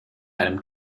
einem